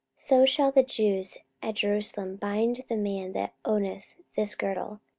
so shall the jews at jerusalem bind the man that owneth this girdle,